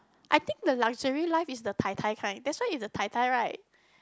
I think the luxury life is the Tai-Tai kind that's why in the Tai-Tai right